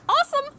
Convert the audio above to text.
awesome